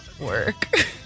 work